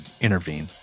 intervene